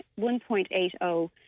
1.80